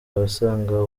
abasanga